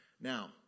Now